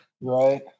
Right